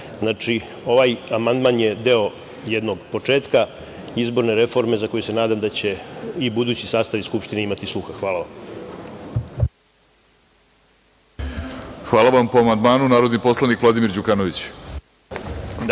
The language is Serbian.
ovaj amandman je deo jednog početka izborne reforme za koju se nadam da će i budući sastavi Skupštine imati sluha. Hvala. **Vladimir Orlić** Hvala. Po amandmanu, narodni poslanik Vladimir Đukanović.